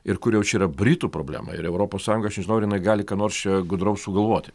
ir kur jau čia yra britų problema ir europos sąjunga aš nežinau ar jinai gali ką nors čia gudraus sugalvoti